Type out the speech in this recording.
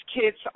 kids